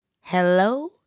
Hello